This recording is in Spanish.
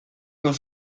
con